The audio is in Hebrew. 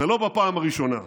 ולא בפעם הראשונה.